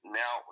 now